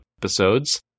episodes